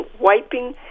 wiping